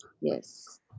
Yes